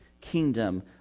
kingdom